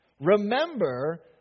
remember